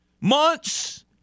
months